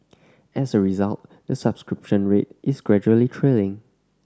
as a result the subscription rate is gradually trailing